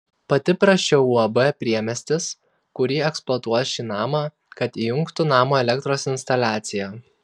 pati prašiau uab priemiestis kuri eksploatuos šį namą kad įjungtų namo elektros instaliaciją